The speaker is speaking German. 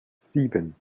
sieben